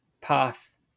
path